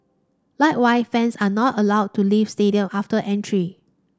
likewise fans are not allowed to leave the stadium after entry